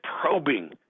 probing